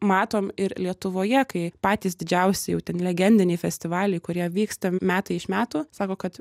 matom ir lietuvoje kai patys didžiausi jau ten legendiniai festivaliai kurie vyksta metai iš metų sako kad